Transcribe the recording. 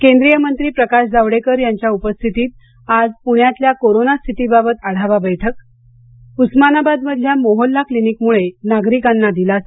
केंद्रीय मंत्री प्रकाश जावडेकर यांच्या उपस्थितीत आज पुण्यातल्या कोरोना स्थितीबाबत आढावा बैठक उस्मानाबादमधल्या मोहल्ला क्लीनिकमुळे नागरिकांना दिलासा